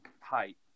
height